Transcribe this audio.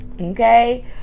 okay